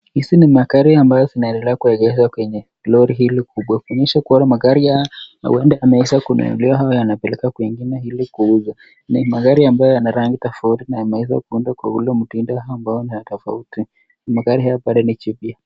Hizi ni magari ambazo zinaendelea kuegezwa kwenye roli hili kubwa, kuonyesha kuwa magari haya huenda yameeza kununuliwa au yanapelekwa kwingine ili kuuzwa, ni magari ambayo yana rangi tofauti na yameeza kuundwa kwa ule mtindo ambayo ni ya tofauti, na magari haya pale ni jipya.